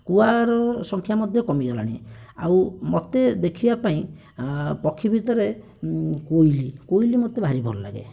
କୁଆର ସଂଖ୍ୟା ମଧ୍ୟ କମିଗଲାଣି ଆଉ ମୋତେ ଦେଖିବା ପାଇଁ ପକ୍ଷୀ ଭିତରେ କୋଇଲି କୋଇଲି ମୋତେ ଭାରି ଭଲ ଲାଗେ